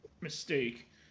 mistake